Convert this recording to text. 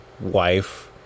wife